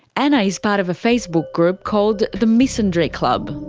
anna is but of a facebook group called the misandry club.